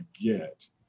get